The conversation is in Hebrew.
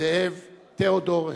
זאב תיאודור הרצל.